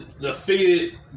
defeated